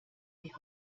die